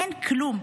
אין כלום.